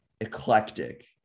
eclectic